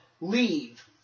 leave